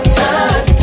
time